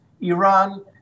Iran